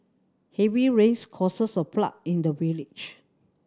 heavy rains causes a flood in the village